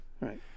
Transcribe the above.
Right